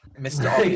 Mr